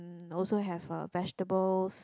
um also have uh vegetables